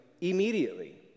immediately